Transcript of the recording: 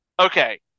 Okay